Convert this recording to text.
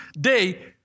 day